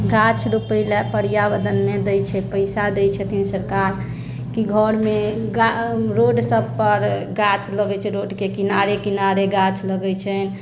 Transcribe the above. गाछ रोपै ले पर्यावरण मे दै छै पैसा दै छथिन सरकार कि घर मे रोड सभपर गाछ लगै छै रोड के किनारे किनारे गाछ लगै छै